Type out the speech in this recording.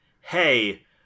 hey